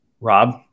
Rob